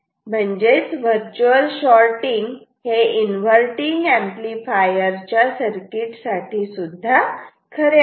म्हणजेच virtual shorting हे inverting amplifier च्या सर्किट साठी सुद्धा खरे आहे